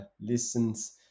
listens